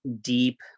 deep